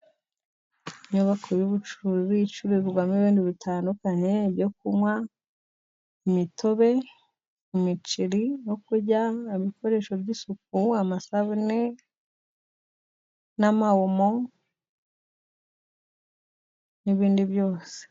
Inyubako y'ubucuruzi icuruzwamo ibintu bitandukanye, ibyo kunywa ,imitobe ,imiceri no kurya ibikoresho by'isuku, amasabune n'amawomo n'ibindi byose.